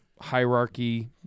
Hierarchy